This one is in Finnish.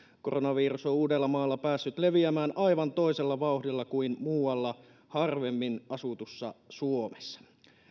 koronavirus on uudellamaalla päässyt leviämään aivan toisella vauhdilla kuin muualla harvemmin asutussa suomessa